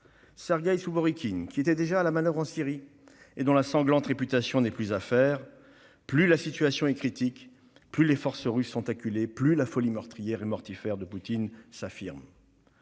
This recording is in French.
Sergueï Sourovikine, qui était déjà à la manoeuvre en Syrie et dont la sanglante réputation n'est plus à faire. Plus la situation est critique, plus les forces russes sont acculées, plus la folie meurtrière et mortifère de Poutine s'affirme.